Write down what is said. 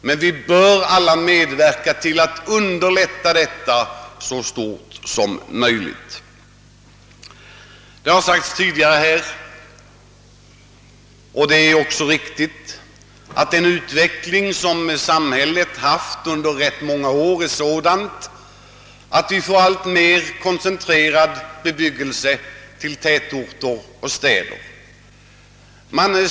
Men vi bör alla så långt det är möjligt medverka till att underlätta för människorna att tillgodose deita behov. Det är också riktigt som det har sagts tidigare, att utvecklingen i samhället under rätt många år medfört att vi fått en alltmer koncentrerad bebyggelse till städer och tätorter.